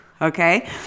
okay